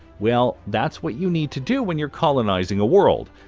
well, that's what you need to do when you're colonizing a world,